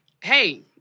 hey